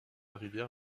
rivière